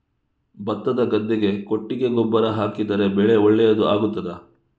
ಭತ್ತದ ಗದ್ದೆಗೆ ಕೊಟ್ಟಿಗೆ ಗೊಬ್ಬರ ಹಾಕಿದರೆ ಬೆಳೆ ಒಳ್ಳೆಯದು ಆಗುತ್ತದಾ?